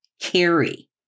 carry